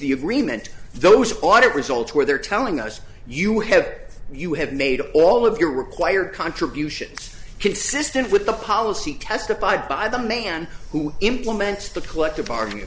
the agreement those audit results were there telling us you have you have made all of your required contributions consistent with the policy testified by the man who implements the collective bargaining